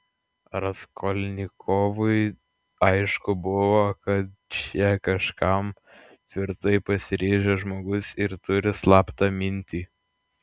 raskolnikovui aišku buvo kad čia kažkam tvirtai pasiryžęs žmogus ir turi slaptą mintį